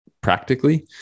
practically